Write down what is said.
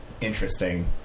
interesting